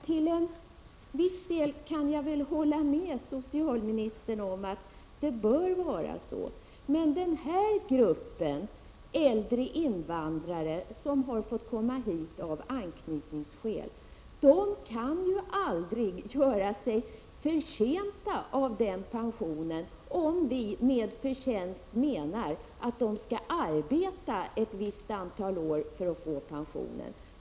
Till en viss del kan jag väl hålla med socialministern om att det bör vara så. Den här gruppen, äldre invandrare, som har fått komma hit av anknytningsskäl kan dock aldrig göra sig förtjänta av pension, om vi med förtjänta menar att de skall arbeta ett visst antal år i Sverige.